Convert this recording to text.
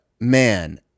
man